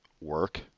work